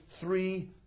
three